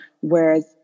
whereas